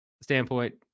standpoint